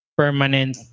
permanent